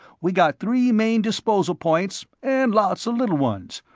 we got three main disposal points and lots a little ones,